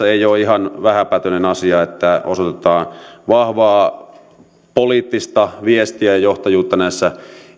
ei ole ihan vähäpätöinen asia että osoitetaan vahvaa poliittista viestiä ja johtajuutta näissä